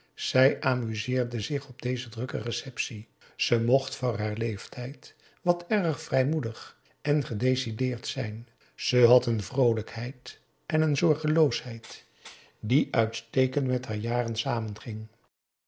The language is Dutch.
zij amuseerde zich op deze drukke receptie ze mocht voor haar leeftijd wat erg vrijmoedig en gedecideerd zijn ze had een vroolijkheid en een zorgeloosheid die uitstekend met haar jaren samen